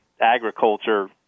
agriculture